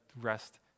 rest